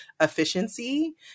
efficiency